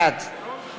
בעד